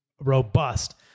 robust